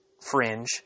fringe